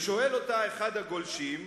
ושואל אותה אחד הגולשים,